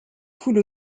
coule